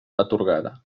atorgada